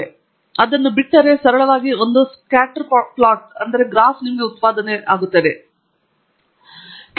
ನಾನು ಅದನ್ನು ಬಿಟ್ಟುಬಿಟ್ಟರೆ ಅದು ಸರಳವಾಗಿ ಒಂದು ಸ್ಕ್ಯಾಟರ್ ಪ್ಲಾಟ್ ಅನ್ನು ಉತ್ಪಾದಿಸುತ್ತದೆ ಆದರೆ ನಾನು ಮಾಡುತ್ತಿಲ್ಲ ನನಗೆ ಹೆಚ್ಚಿನದನ್ನು ಬೇಕು